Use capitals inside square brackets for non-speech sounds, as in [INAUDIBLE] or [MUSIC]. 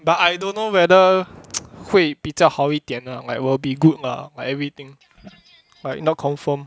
but I don't know whether [NOISE] 会比较好一点 lah like will be good lah like everything like not confirm